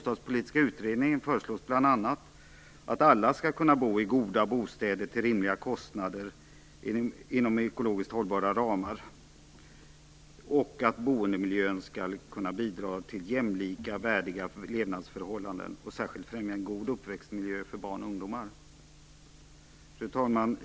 att alla skall kunna bo i goda bostäder till rimliga kostnader inom ekologiskt hållbara ramar och att boendemiljön skall kunna bidra till jämlika och värdiga levnadsförhållanden och särskilt främja en god uppväxtmiljö för barn och ungdomar. Fru talman!